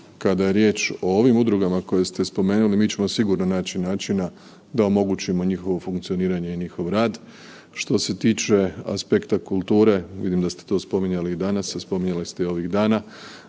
kada je riječ o ovim udrugama koje ste spomenuli mi ćemo sigurno naći načina da omogućimo njihovo funkcioniranje i njihov rad. Što se tiče aspekta kulture, vidim da ste to spominjali i danas, a spominjali ste i ovih dana,